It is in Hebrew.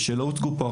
שלא הוצגו פה.